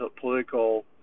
Political